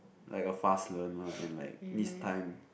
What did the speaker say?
like a fast learner and like needs time